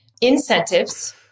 Incentives